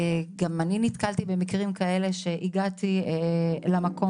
גם אני נתקלתי במקרים בהם הגעתי למקום